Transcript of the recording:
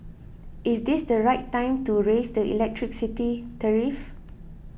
is this the right time to raise the electricity tariff